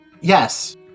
Yes